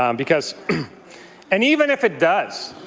um because and even if it does,